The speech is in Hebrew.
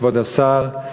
כבוד השר,